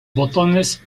botones